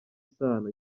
isano